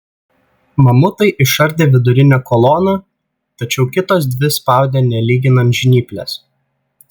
mamutai išardė vidurinę koloną tačiau kitos dvi spaudė nelyginant žnyplės